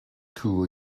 tool